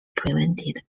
prevented